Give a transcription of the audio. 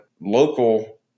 Local